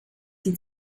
sie